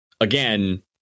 again